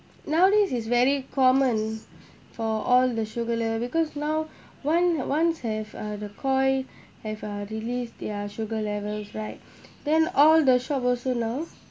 nowadays is very common for all the sugar level because now one once have uh the Koi have uh released their sugar levels right then all the shop also now